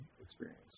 experience